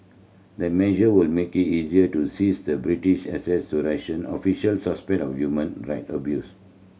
the measure would make it easier to seize the British assets to Russian officials suspected of human right abuse